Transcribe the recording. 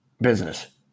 business